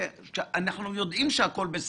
אנחנו יודעים שהכול "בסדר",